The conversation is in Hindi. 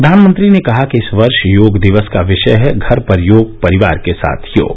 प्रधानमंत्री ने कहा कि इस वर्ष योग दिवस का विषय है घर पर योग परिवार के साथ योग